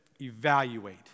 Evaluate